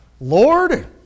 Lord